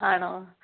ആണോ